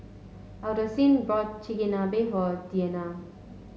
Alphonsine bought Chigenabe for Deanna